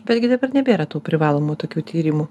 betgi dabar nebėra tų privalomų tokių tyrimų